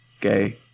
gay